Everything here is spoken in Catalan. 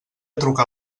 trucar